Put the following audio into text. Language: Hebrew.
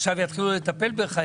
עכשיו יתחילו לטפל בך,